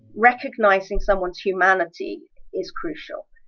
recognizing someone's humanity is crucial.